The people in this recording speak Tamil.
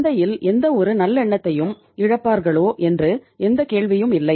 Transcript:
சந்தையில் எந்தவொரு நல்லெண்ணத்தையும் இழப்பார்களோ என்று எந்த கேள்வியும் இல்லை